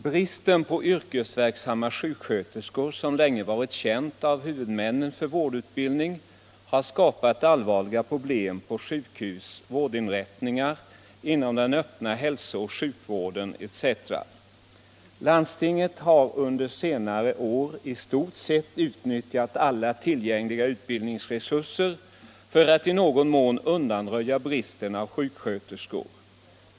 Bristen på yrkesverksamma sjuksköterskor, som länge varit känd av huvudmännen för vårdutbildning, har skapat allvarliga problem på sjuk : hus, vårdinrättningar inom den öppna hilso och sjukvården etc. Candstingen har under senare år i stort seu utnyttjat alla tillgängliga utbildningsresurser för att i någon mån undanröja bristen på sjuksköterskor.